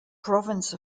province